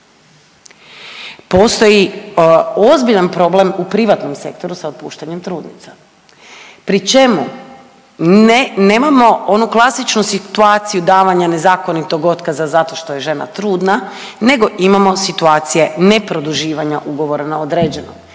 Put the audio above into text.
Postoji ozbiljan problem u privatnom sektoru sa otpuštanjem trudnica pri čemu ne, nemojmo onu klasičnu situaciju davanja nezakonitog otkaza zato što je žena trudna nego imamo situacije ne produživanja ugovora na određeno.